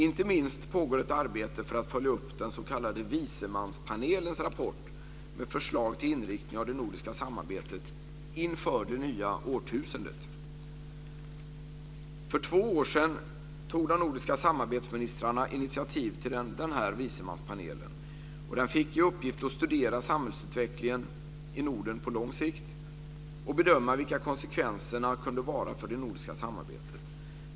Inte minst pågår ett arbete för att följa upp den s.k. vismanspanelens rapport med förslag till inriktning av det nordiska samarbetet inför det nya årtusendet. För två år sedan tog de nordiska samarbetsministrarna initiativ till den s.k. vismanspanelen. Den fick i uppgift att studera samhällsutvecklingen i Norden på lång sikt och bedöma vilka konsekvenserna kunde vara för det nordiska samarbetet.